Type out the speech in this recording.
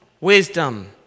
wisdom